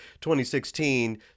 2016